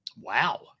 Wow